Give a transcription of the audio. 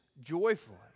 joyfully